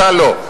אתה לא.